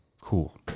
Cool